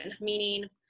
Meaning